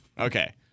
Okay